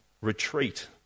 retreat